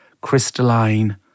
crystalline